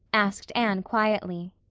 asked anne quietly.